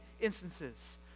instances